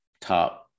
top –